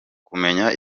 kumenya